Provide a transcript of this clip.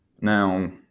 Now